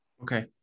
Okay